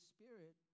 Spirit